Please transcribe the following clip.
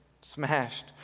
smashed